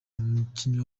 umukinnyi